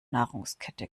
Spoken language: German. nahrungskette